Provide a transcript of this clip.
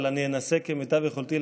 אבל אני אנסה כמיטב יכולתי,